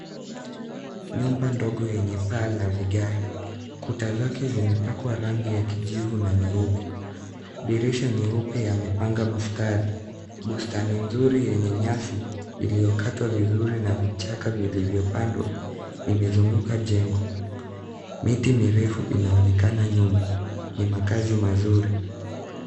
Nyumba ndogo yenye paa la vigae. Kuta zake zimepakwa rangi ya kijivu na nyeupe. Dirisha nyeupe yamepanga mstari. Bustani nzuri yenye nyasi iliokatwa vizuri na vichaka vilivyopandwa imezunguka jengo. Miti mirefu inaonekana nyuma. Ni makazi mazuri.